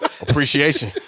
Appreciation